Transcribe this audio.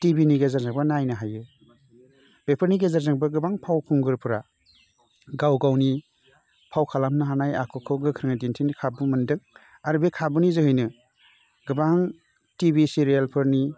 टिभिनि गेजेरजोंबो नायनो हायो बेफोरनि गेजेरजोंबो गोबां फावखुंगुरफोरा गाव गावनि फाव खालामनो हानाय आखुखौ गोख्रैयै दिन्थिनो खाबु मोनदों आरो बे खाबुनि जोहैनो गोबां टि भि सिरियालफोरनि